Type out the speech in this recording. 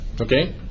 Okay